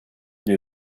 wir